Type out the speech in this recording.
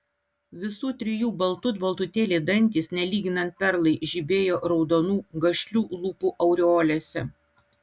visų trijų baltut baltutėliai dantys nelyginant perlai žibėjo raudonų gašlių lūpų aureolėse